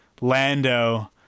Lando